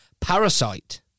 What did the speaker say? Parasite